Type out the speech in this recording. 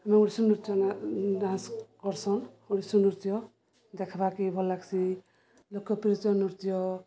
ଆମେ ଓଡ଼ିଶୀ ନୃତ୍ୟ ଡାନ୍ସ କର୍ସନ୍ ଓଡ଼ିଶୀ ନୃତ୍ୟ ଦେଖ୍ବାକେ ଭଲ୍ ଲାଗ୍ସି ଲୋକପ୍ରିୟ ନୃତ୍ୟ